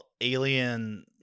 alien